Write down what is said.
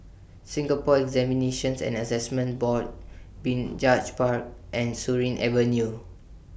Singapore Examinations and Assessment Board Binjai Park and Surin Avenue